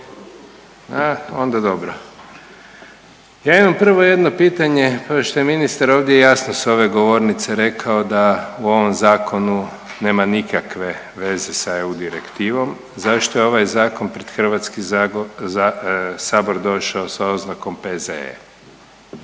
Ja imam prvo jedno pitanje ovo što je ministar ovdje jasno s ove govornice rekao da u ovom Zakonu nema nikakve veze sa EU direktivom, zašto je ovaj Zakon pred Hrvatski sabor došao sa oznakom PZE?